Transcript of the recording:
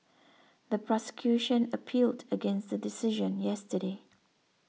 the prosecution appealed against the decision yesterday